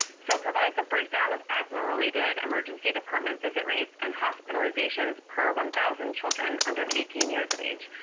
so it provides a breakdown of asthma-related emergency department visit rates and hospitalizations per one thousand children under eighteen years of age,